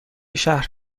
شهر